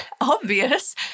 obvious